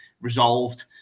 resolved